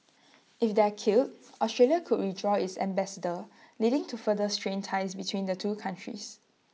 if they are killed Australia could withdraw its ambassador leading to further strained ties between the two countries